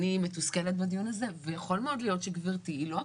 אני מתוסכלת בדיון הזה ויכול מאוד להיות שגבירתי היא לא הכתובת.